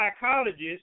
psychologist